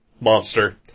monster